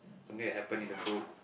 something that happened in the book